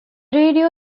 radio